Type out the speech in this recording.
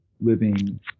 living